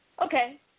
Okay